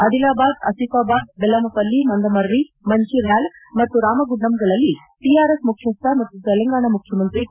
ಅದಿಲಾಬಾದ್ ಅಸಿಫಾಬಾದ್ ಬೆಲ್ಲಮಪಲ್ಲಿ ಮಂದಮರ್ರಿ ಮಂಚರ್ನಾಲ್ ಮತ್ತು ರಾಮಗುಂಡಂಗಳಲ್ಲಿ ಟಿಆರ್ಎಸ್ ಮುಖ್ಯಸ್ಟ ಮತ್ತು ತೆಲಂಗಾಣ ಮುಖ್ಯಮಂತ್ರಿ ಕೆ